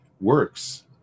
works